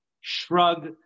shrug